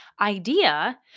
idea